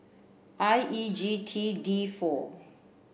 I E G T D four